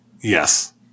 Yes